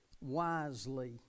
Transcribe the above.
wisely